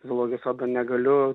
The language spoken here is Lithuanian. zoologijos sodo negaliu